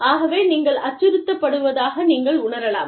ஆகவே நீங்கள் அச்சுறுத்தப்படுவதாக நீங்கள் உணரலாம்